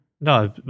No